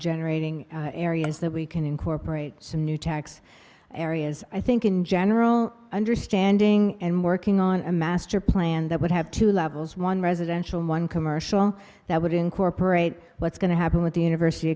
generating areas that we can incorporate some new tax areas i think in general understanding and working on a master plan that would have two levels one residential one commercial that would incorporate what's going to happen with the university